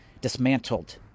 dismantled